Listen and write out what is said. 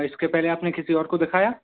इसके पहले आपने किसी और को दिखाया